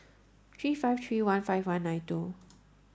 three five three one five one nine two